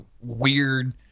weird